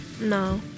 No